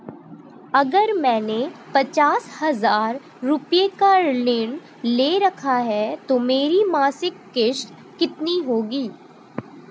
अगर मैंने पचास हज़ार रूपये का ऋण ले रखा है तो मेरी मासिक किश्त कितनी होगी?